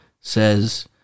says